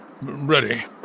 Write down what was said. Ready